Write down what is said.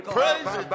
Praise